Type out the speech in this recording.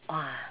!wah!